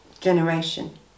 generation